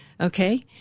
okay